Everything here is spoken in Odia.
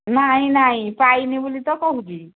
ନାଇଁ ନାଇଁ ପାଇନି ବୋଲି ତ କହୁଛି